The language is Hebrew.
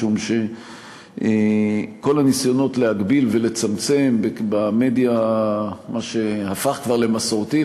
משום שכל הניסיונות להגביל ולצמצם במדיה שהפכה כבר למסורתית,